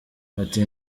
ati